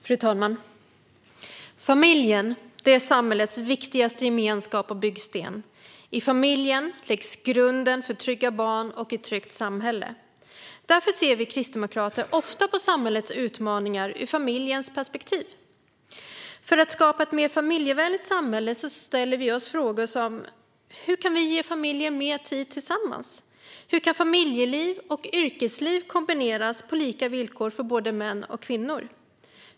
Fru talman! Familjen är samhällets viktigaste gemenskap och byggsten. I familjen läggs grunden för trygga barn och ett tryggt samhälle. Därför ser vi kristdemokrater ofta på samhällets utmaningar ur familjens perspektiv. För att skapa ett mer familjevänligt samhälle ställer vi oss frågor som: Hur kan vi ge familjen mer tid tillsammans? Hur kan familjeliv och yrkesliv kombineras på lika villkor för både män och kvinnor?